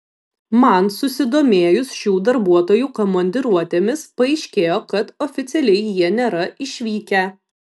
man susidomėjus šių darbuotojų komandiruotėmis paaiškėjo kad oficialiai jie nėra išvykę